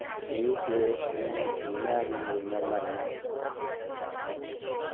की के इ'नै जिन्नियां बी मूवियां बनाइयां